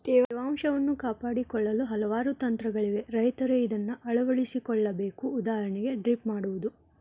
ತೇವಾಂಶವನ್ನು ಕಾಪಾಡಿಕೊಳ್ಳಲು ಹಲವಾರು ತಂತ್ರಗಳಿವೆ ರೈತರ ಅದನ್ನಾ ಅಳವಡಿಸಿ ಕೊಳ್ಳಬೇಕು ಉದಾಹರಣೆಗೆ ಡ್ರಿಪ್ ಮಾಡುವುದು